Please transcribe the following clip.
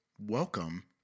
Welcome